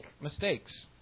mistakes